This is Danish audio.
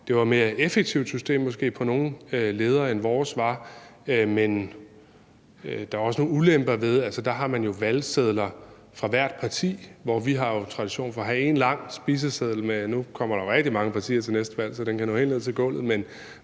er måske et mere effektivt system på nogle ledder, end vores er, men der er også nogle ulemper ved det. Altså, der har man jo valgsedler for hvert parti, hvor vi har tradition for at have én lang spiseseddel med alle partier – nu kommer der rigtig mange partier til næste valg, så den kan nå helt ned til gulvet.